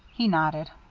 he nodded.